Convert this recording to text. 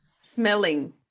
smelling